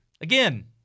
Again